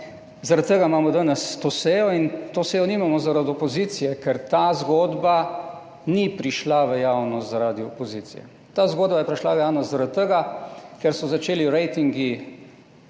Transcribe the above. Skratka, zaradi tega imamo danes to sejo, in to sejo nimamo zaradi opozicije, ker ta zgodba ni prišla v javnost zaradi opozicije. Ta zgodba je prišla v javnost zaradi tega, ker so začeli ratingi